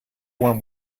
warm